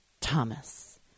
Thomas